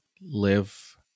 live